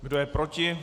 Kdo je proti?